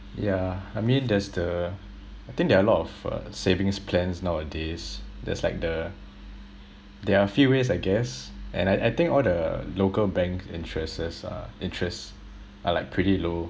yeah I mean there's the I think there are a lot of uh savings plans nowadays there's like the there are a few ways I guess and I I think all the local bank interests uh interest are like pretty low